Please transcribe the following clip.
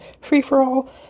free-for-all